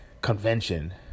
convention